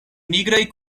nigraj